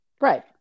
Right